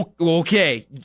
Okay